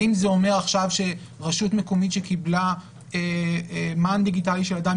האם זה אומר עכשיו שרשות מקומית שקיבלה מען דיגיטלי של אדם,